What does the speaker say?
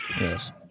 Yes